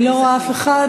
אני לא רואה אף אחד.